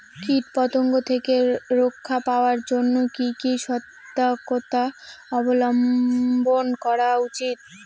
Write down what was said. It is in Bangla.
কীটপতঙ্গ থেকে রক্ষা পাওয়ার জন্য কি কি সর্তকতা অবলম্বন করা উচিৎ?